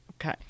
Okay